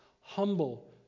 humble